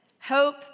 Hope